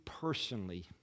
personally